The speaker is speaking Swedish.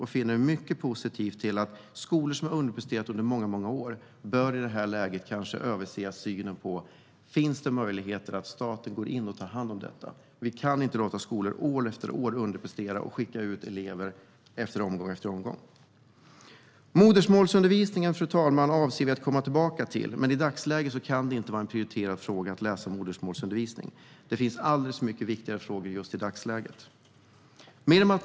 Vi är mycket positiva till att skolor som har underpresterat under många år i det här läget bör se över om staten kan gå in och ta hand om undervisningen. Vi kan inte låta skolor år efter år underprestera och skicka ut flera omgångar av dessa elever. Fru talman! Sverigedemokraterna avser att komma tillbaka till frågan om modersmålsundervisning, men i dagsläget kan det inte vara en prioriterad fråga att ha modersmålsundervisning. Det finns alldeles för många viktigare frågor i dagsläget.